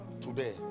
Today